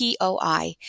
POI